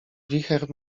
wicher